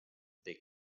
big